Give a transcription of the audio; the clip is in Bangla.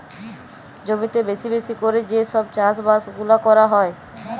জমিতে বেশি বেশি ক্যরে যে সব চাষ বাস গুলা ক্যরা হ্যয়